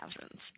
thousands